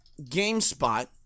GameSpot